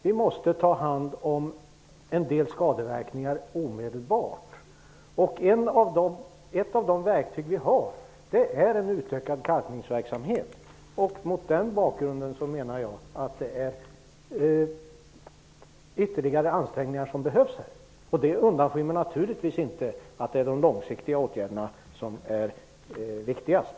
Vi måste ta hand om en del skadeverkningar omedelbart, och ett av de verktyg som vi har är en utvecklad kalkningsverksamhet. Mot den bakgrunden menar jag att det behöver göras ytterligare ansträngningar. Det förhållandet undanskymmer naturligtvis inte det faktum att de långsiktiga åtgärderna är de viktigaste.